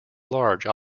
large